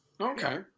okay